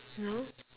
no